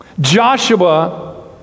Joshua